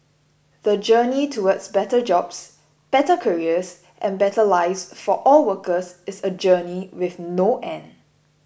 the journey towards better jobs better careers and better lives for all workers is a journey with no end